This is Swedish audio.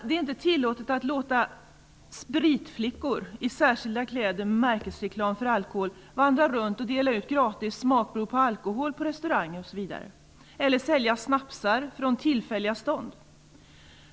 Det är inte tillåtet att låta spritflickor i särskilda kläder med märkesreklam för alkohol vandra runt och dela ut gratis smakprov på alkohol på restauranger osv. eller sälja snapsar från tillfälliga stånd.